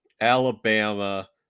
alabama